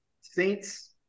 Saints